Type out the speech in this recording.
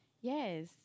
Yes